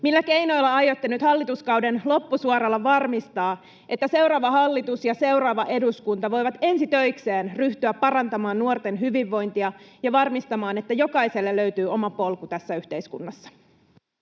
millä keinoilla aiotte nyt hallituskauden loppusuoralla varmistaa, että seuraava hallitus ja seuraava eduskunta voivat ensi töikseen ryhtyä parantamaan nuorten hyvinvointia ja varmistamaan, että jokaiselle löytyy oma polku tässä yhteiskunnassa?